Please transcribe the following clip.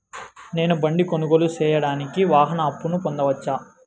నేను బండి కొనుగోలు సేయడానికి వాహన అప్పును పొందవచ్చా?